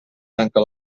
tanca